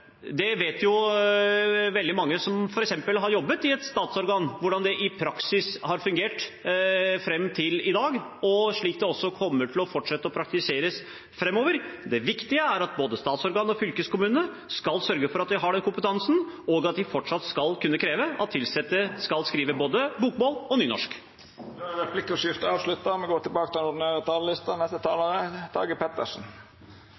Veldig mange som f.eks. har jobbet i et statsorgan, vet jo hvordan det i praksis har fungert fram til i dag, og slik det også kommer til å fortsette å praktiseres framover. Det viktige er at både statsorganene og fylkeskommunene skal sørge for at de har den kompetansen, og at de fortsatt skal kunne kreve at de ansatte skal skrive både bokmål og nynorsk. Replikkordskiftet er